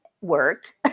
work